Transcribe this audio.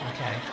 Okay